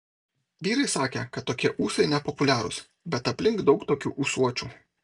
vyrai sakė kad tokie ūsai nepopuliarūs bet aplink daug tokių ūsuočių